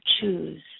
choose